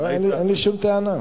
לא, אין לי שום טענה.